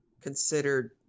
considered